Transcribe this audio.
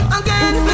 again